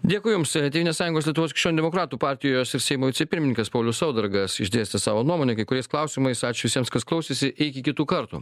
dėkui jums tėvynės sąjungos lietuvos krikščionių demokratų partijos ir seimo vicepirmininkas paulius saudargas išdėstė savo nuomonę kai kuriais klausimais ačiū visiems kas klausėsi iki kitų kartų